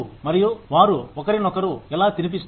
మరియు వారు ఒకరినొకరు ఎలా తినిపిస్తారు